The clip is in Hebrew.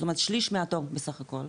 זאת אומרת שליש מהתור בסך הכול,